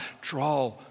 draw